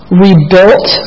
rebuilt